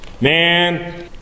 man